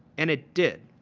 and it did.